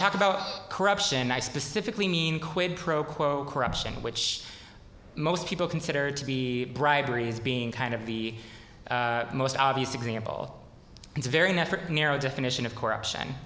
talk about corruption i specifically mean quid pro quo corruption which most people consider to be bribery is being kind of the most obvious example it's a very narrow definition of cor